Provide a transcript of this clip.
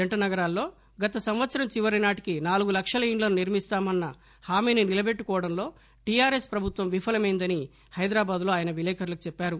జంట నగరాల్లో గత సంవత్సరం చివరి నాటికి నాలుగు లక్షల ఇళ్లను నిర్మిస్తామని హామీని నిలబెట్టుకోవడంలో టిఆర్ఎస్ ప్రభుత్వం విఫలమైందని హైదరాబాద్ లో విలేకరులకు చెప్పారు